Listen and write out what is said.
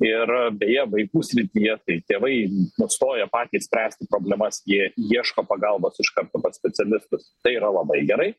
ir beje vaikų srityje tai tėvai nustoja patys spręsti problemas jie ieško pagalbos iš karto pas specialistus tai yra labai gerai